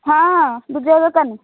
ହଁ ବିଜୟ ଦୋକାନୀ